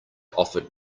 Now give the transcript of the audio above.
offered